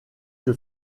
que